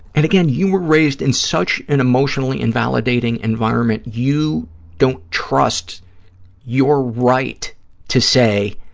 and again, you were raised in such an emotionally invalidating environment, you don't trust your right to say,